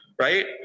right